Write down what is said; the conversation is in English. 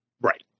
Right